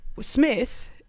Smith